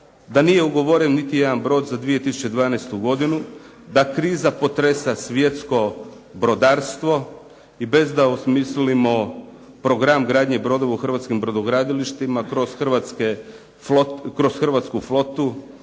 da nije ugovoren niti jedan brod za 2012. godinu, da kriza potresa svjetsko brodarstvo i bez da osmislimo program gradnje brodova u hrvatskim brodogradilištima kroz hrvatsku flotu